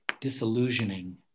disillusioning